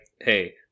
hey